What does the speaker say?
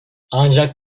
ancak